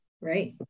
Right